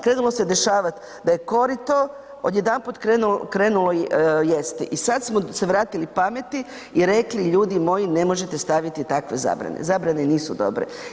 Krenulo se dešavati da je korito odjedanput krenulo jesti i sad smo se vratili pameti i rekli ljudi moji, ne možete staviti takve zabrane, zabrane nisu dobre.